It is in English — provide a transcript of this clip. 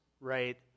right